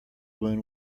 wound